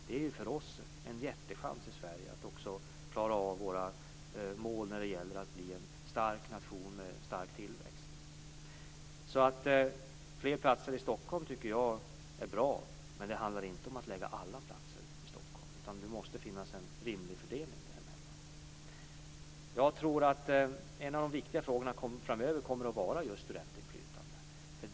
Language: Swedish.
Det är för oss i Sverige en jättechans att också klara av våra mål när det gäller att bli en stark nation med stark tillväxt. Jag tycker alltså att det är bra med fler platser i Stockholm. Men det handlar inte om att lägga alla platser i Stockholm, utan det måste finnas en rimlig fördelning. Jag tror att en av de viktiga frågorna framöver kommer att vara just studentinflytande.